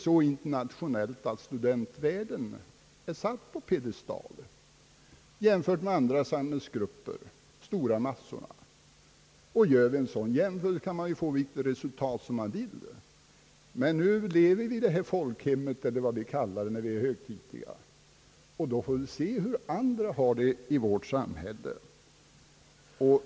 Ja, internationellt är väl studentidrotten satt på piedestal i jämförelse med de stora massorna, och gör man en sådan jämförelse kan man ju få vilket resultat man vill. Nu lever vi i folkhemmet, eller vad vi kallar det när vi är högtidliga, och då får vi se till hur andra har det i vårt samhälle.